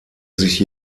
sich